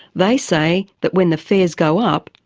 they say that when the fares go up,